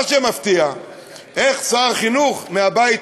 מה שמפתיע הוא איך שר חינוך מהבית